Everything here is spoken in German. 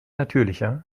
natürlicher